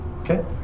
Okay